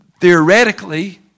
theoretically